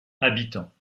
habitants